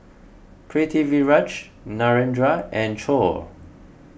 Pritiviraj Narendra and Choor